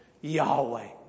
Yahweh